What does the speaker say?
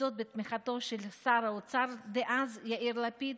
וזאת בתמיכתו של שר האוצר דאז יאיר לפיד